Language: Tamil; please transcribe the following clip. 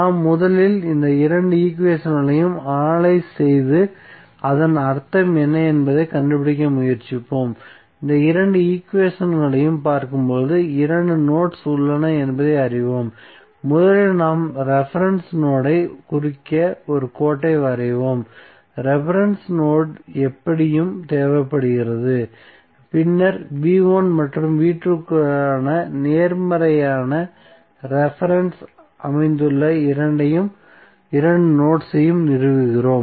நாம் முதலில் இந்த இரண்டு ஈக்குவேஷன்களையும் அனலைஸ் செய்து அதன் அர்த்தம் என்ன என்பதைக் கண்டுபிடிக்க முயற்சிப்போம் இந்த இரண்டு ஈக்குவேஷன்களையும் பார்க்கும்போது இரண்டு நோட்ஸ் உள்ளன என்பதை அறிவோம் முதலில் நாம் ரெபரென்ஸ் நோட்யை குறிக்க ஒரு கோட்டை வரைவோம் ரெபரென்ஸ் நோட் எப்படியும் தேவைப்படுகிறது பின்னர் மற்றும் க்கான நேர்மறையான ரெபரென்ஸ் அமைந்துள்ள இரண்டு நோட்ஸ் ஐ நிறுவுகிறோம்